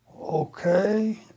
okay